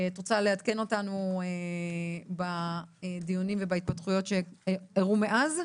את רוצה לעדכן אותנו בדיונים ובהתפתחויות שאירעו מאז,